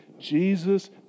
Jesus